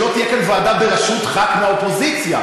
שלא תהיה כאן ועדה בראשות ח"כ מהאופוזיציה,